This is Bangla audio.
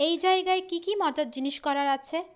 এই জায়গায় কী কী মজার জিনিস করার আছে